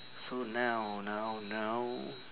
so now now now